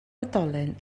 oedolyn